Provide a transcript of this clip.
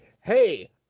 hey